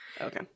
okay